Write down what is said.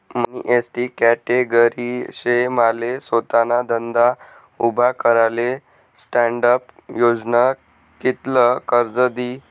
मनी ST category शे माले सोताना धंदा उभा कराले स्टॅण्डअप योजना कित्ल कर्ज दी?